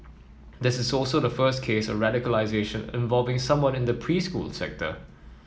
this is also the first case of radicalisation involving someone in the preschool sector